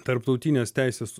tarptautinės teisės